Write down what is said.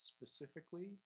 specifically